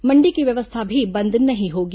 मण्डी की व्यवस्था भी बंद नहीं होगी